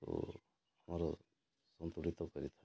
ଆଉ ଆମର ସନ୍ତୁଳିତ କରିଥାଏ